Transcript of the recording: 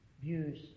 views